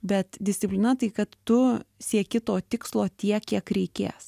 bet disciplina tai kad tu sieki to tikslo tiek kiek reikės